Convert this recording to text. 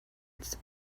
it’s